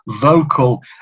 vocal